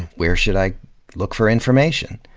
where should i look for information?